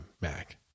Mac